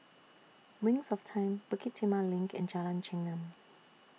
Wings of Time Bukit Timah LINK and Jalan Chengam